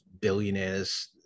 billionaires